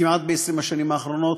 כמעט בכל 20 השנים האחרונות